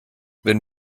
wenn